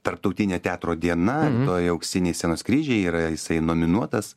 tarptautinė teatro diena tuoj auksiniai scenos kryžiai yra jisai nominuotas